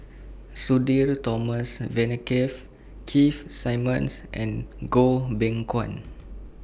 Sudhir Thomas Vadaketh Keith Simmons and Goh Beng Kwan